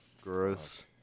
Gross